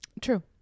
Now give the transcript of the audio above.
True